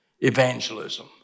evangelism